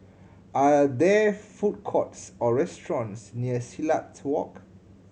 are there food courts or restaurants near Silat Walk